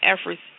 efforts